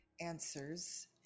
answers